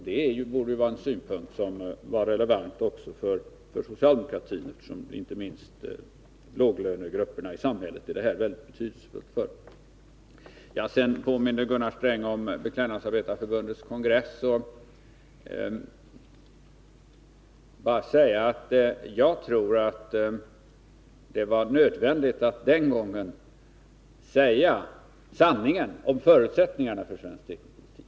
Det borde vara en Torsdagen den relevant synpunkt också för socialdemokratin, eftersom det är betydelsefullt 19 maj 1983 inte minst för låglönegrupperna i samhället. Gunnar Sträng påminde om Beklädnadsarbetareförbundets kongress. Jag vill bara säga att jag tror att det var nödvändigt att den gången säga sanningen om förutsättningarna för svensk tekoindustri.